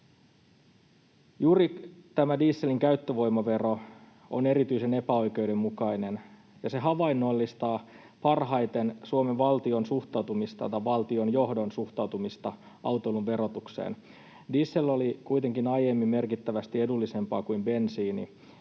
Juuri tämä dieselin käyttövoimavero on erityisen epäoikeudenmukainen, ja se havainnollistaa parhaiten Suomen valtionjohdon suhtautumista autoilun verotukseen. Diesel oli kuitenkin aiemmin merkittävästi edullisempaa kuin bensiini